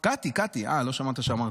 מי חברת הכנסת?